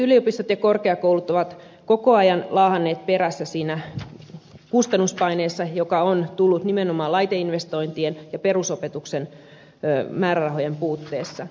yliopistot ja korkeakoulut ovat koko ajan laahanneet perässä siinä kustannuspaineessa joka on tullut nimenomaan laiteinvestointien ja perusopetuksen määrärahojen puutteessa